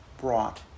brought